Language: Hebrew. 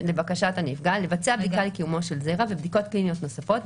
לבצע בדיקה לקיומו של זרע ובדיקות קליניות נוספות,